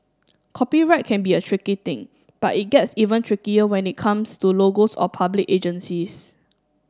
copyright can be a tricky thing but it gets even trickier when it comes to logos of public agencies